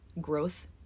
Growth